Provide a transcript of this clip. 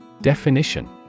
Definition